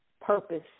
purpose